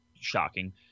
shocking